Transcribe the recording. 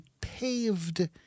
paved